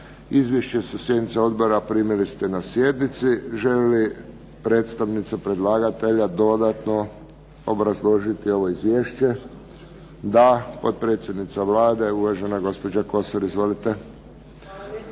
Izvješće sa sjednice odbora primili ste na sjednici. Želi li predstavnica predlagatelja dodatno obrazložiti ovo izvješće? Da. Potpredsjednica Vlade, uvažena gospođo Kosor. Izvolite.